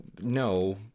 No